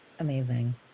Amazing